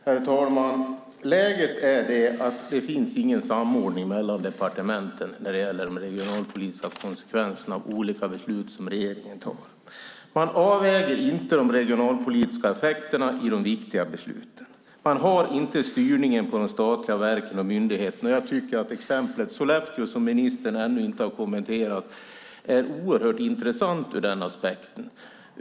Herr talman! Läget är det att det inte finns någon samordning mellan departementen när det gäller de regionalpolitiska konsekvenserna av olika beslut som regeringen tar. Man avväger inte de regionalpolitiska effekterna i de viktiga besluten. Man har inte styrningen på de statliga verken och myndigheterna. Jag tycker att exemplet Sollefteå, som ministern ännu inte har kommenterat, är oerhört intressant ur den aspekten.